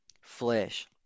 flesh